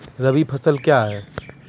रबी फसल क्या हैं?